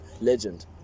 Legend